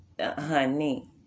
honey